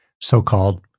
so-called